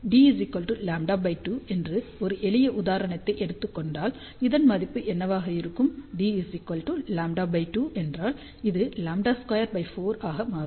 D λ 2 என்று ஒரு எளிய உதாரணத்தை எடுத்துக் கொண்டால் இதன் மதிப்பு என்னவாக இருக்கும் d λ 2 என்றால் இது λ² 4 ஆக மாறும்